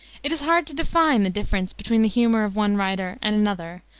it is hard to define the difference between the humor of one writer and another,